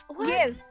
yes